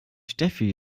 steffi